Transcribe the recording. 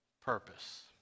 purpose